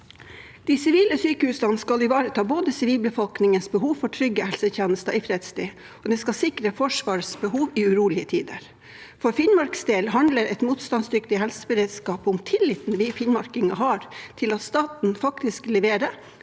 De sivile sykehusene skal ivareta både sivilbefolkningens behov for trygge helsetjenester i fredstid og sikre Forsvarets behov i urolige tider. For Finnmarks del handler en motstandsdyktig helseberedskap om tilliten vi finnmarkinger har til at staten faktisk leverer